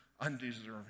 undeserving